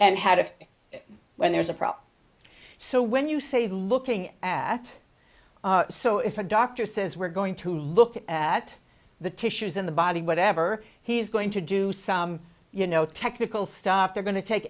and how to when there's a problem so when you say looking at so if a doctor says we're going to look at the tissues in the body whatever he's going to do some you know technical stuff they're going t